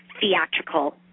theatrical